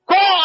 go